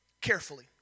carefully